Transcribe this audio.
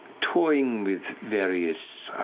toying with various